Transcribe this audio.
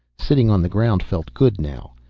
sitting on the ground felt good now.